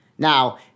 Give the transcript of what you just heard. Now